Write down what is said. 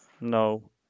No